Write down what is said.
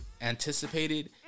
anticipated